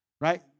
right